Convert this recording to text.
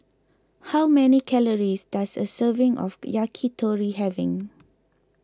how many calories does a serving of Yakitori having